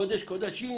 זה קודש הקודשים,